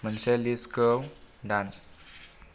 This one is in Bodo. मोनसे लिस्तखौ दान